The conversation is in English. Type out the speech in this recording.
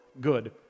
good